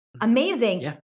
amazing